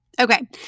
Okay